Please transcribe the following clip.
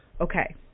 okay